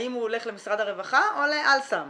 האם הוא הולך למשרד הרווחה או ל"אל סם"?